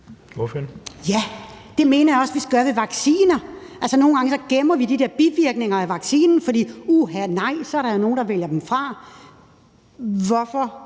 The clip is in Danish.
Det mener jeg også vi skal gøre i forhold til vacciner. Altså, nogle gange gemmer vi de der bivirkninger af vacciner, for uha, nej, så er der jo nogen, der vælger dem fra. Hvorfor